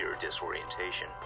disorientation